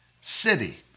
city